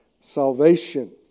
Salvation